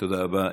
תודה רבה.